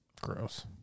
Gross